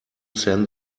send